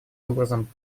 образом